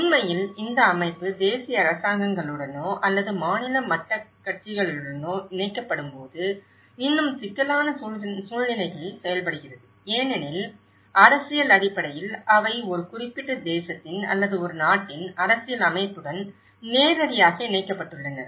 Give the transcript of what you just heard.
உண்மையில் இந்த அமைப்பு தேசிய அரசாங்கங்களுடனோ அல்லது மாநில மட்டக் கட்சிகளுடனோ இணைக்கப்படும்போது இன்னும் சிக்கலான சூழ்நிலைகளில் செயல்படுகிறது ஏனெனில் அரசியல் அடிப்படையில் அவை ஒரு குறிப்பிட்ட தேசத்தின் அல்லது ஒரு நாட்டின் அரசியல் அமைப்புடன் நேரடியாக இணைக்கப்பட்டுள்ளன